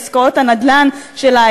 עסקאות הנדל"ן שלה,